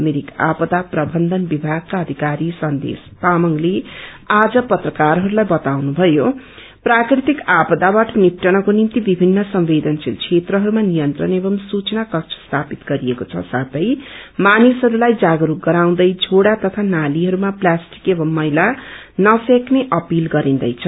मिरिक आपदा प्रबन्धन विभागको अँधिकारी सन्देश तामाङ्ले आज पत्रकारहरूलाई बताउनु भयो प्राकृतिक आपदाबाट निप्टनको निग्ति विभित्र संवदेनशील क्षेत्रहरूमा नियन्त्रण एवं सूचना कक्ष स्थापित गरिएको छ साथै मानिसहरूलाई जागरूक गराउँदै झोड़ा तथा नालीहरूमा प्लास्टिक एवं मैला नफ्याँक्ने अपित गरिन्दैछ